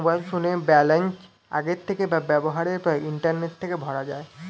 mobile ফোনের balance আগের থেকে বা ব্যবহারের পর ইন্টারনেট থেকে ভরা যায়